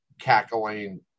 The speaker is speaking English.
cackling